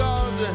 God